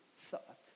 thought